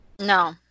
No